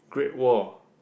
Great Wall